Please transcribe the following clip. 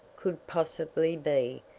could possibly be,